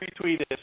retweeted